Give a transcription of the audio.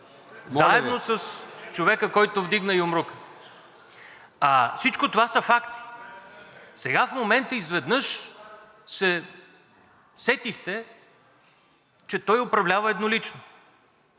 заедно с човека, който вдигна юмрук. Всичко това са факти. Сега, в момента, изведнъж се сетихте, че той управлява еднолично